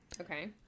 Okay